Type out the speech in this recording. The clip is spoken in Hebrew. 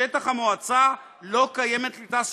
בשטח המועצה לא קיימת קליטה סלולרית.